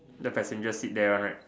let passengers sit there one right